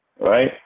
right